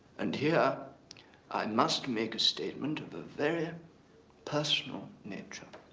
and here i must make a statement of a very um personal nature.